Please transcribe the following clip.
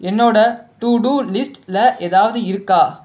என்னோட to do லிஸ்டில் ஏதாவது இருக்கா